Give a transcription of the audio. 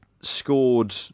scored